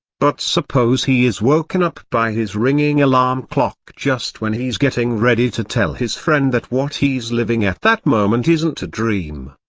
but suppose he is woken up by his ringing alarm clock just when he's getting ready to tell his friend that what he's living at that moment isn't a dream.